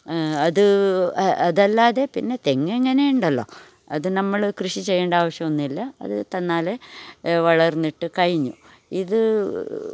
അത് അതല്ലാതെ പിന്നെ തെങ്ങ് ഇങ്ങനെ ഉണ്ടല്ലോ അത് നമ്മൾ കൃഷി ചെയ്യേണ്ട ആവശ്യം ഒന്നുമില്ല അത് തന്നാൽ വളർന്നിട്ട് കഴിഞ്ഞു ഇത്